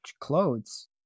clothes